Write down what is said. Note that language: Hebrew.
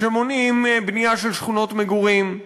שמונעים בנייה של שכונות מגורים?